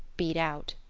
beat out.